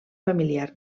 familiar